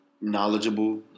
knowledgeable